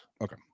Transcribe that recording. Okay